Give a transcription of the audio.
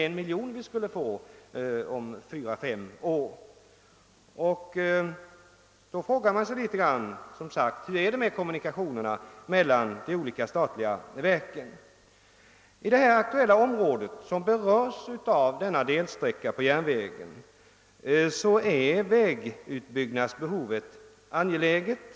Enligt dessa lär vi få 1 miljon kronor om fyra till fem år. I det aktuella området som berörs av denna delsträcka av järnvägen är vägutbyggnadsbehovet angeläget.